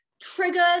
triggered